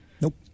Nope